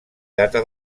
data